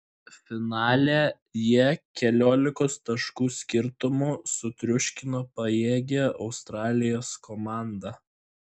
finale jie keliolikos taškų skirtumu sutriuškino pajėgią australijos komandą